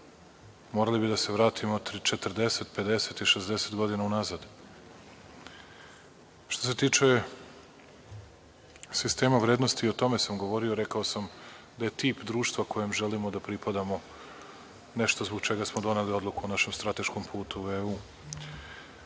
Morali bi da se vratimo 30, 40, 50 i 60 godina unazad. Što se tiče sistema vrednosti, o tome sam govorio i rekao sam da je tip društva kojem želimo da pripadamo nešto zbog čega smo doneli odluku o našem strateškom putu u EU.Oko